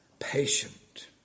patient